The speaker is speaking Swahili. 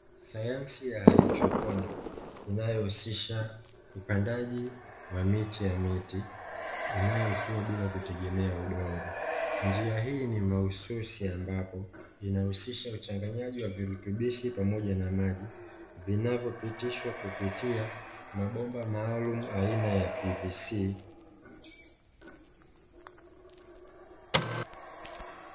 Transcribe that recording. Sayansi ya haidroponiki, inayohusisha upandaji wa mimea ya miti inayokuwa bila kutegemea udongo. Njia hii ni mahususi ambapo inahusisha uchanganyaji wa virutubisho pamoja na maji, vinavyopitishwa kupitia mabomba maalum aina ya PVC.